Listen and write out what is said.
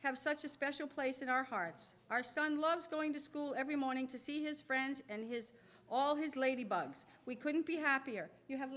have such a special place in our hearts our son loves going to school every morning to see his friends and his all his ladybugs we couldn't be happier you have